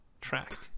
Track